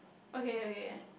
okay okay